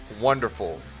wonderful